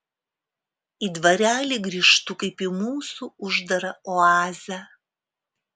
į dvarelį grįžtu kaip į mūsų uždarą oazę